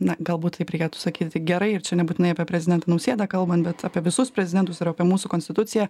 ne galbūt taip reikėtų sakyti gerai ir čia nebūtinai apie prezidentą nausėdą kalbant bet apie visus prezidentus ir apie mūsų konstituciją